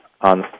on